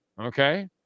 Okay